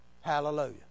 Hallelujah